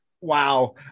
Wow